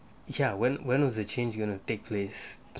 ya when when was the change you wanna take place